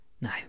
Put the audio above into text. No